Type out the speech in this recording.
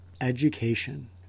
education